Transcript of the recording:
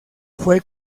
fue